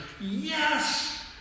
Yes